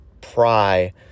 pry